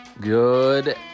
Good